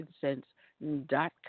Sense.com